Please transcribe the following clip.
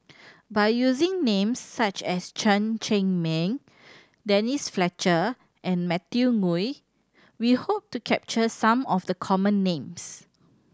by using names such as Chen Cheng Mei Denise Fletcher and Matthew Ngui we hope to capture some of the common names